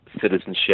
citizenship